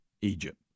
Egypt